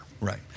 right